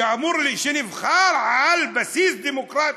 שנבחר על בסיס דמוקרטי,